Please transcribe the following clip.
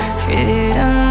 freedom